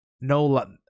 No